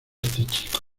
chico